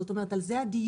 זאת אומרת על זה הדיון,